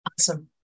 Awesome